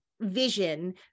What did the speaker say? vision